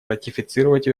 ратифицировать